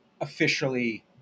officially